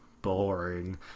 boring